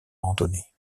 randonnée